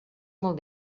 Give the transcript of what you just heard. molt